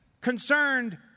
concerned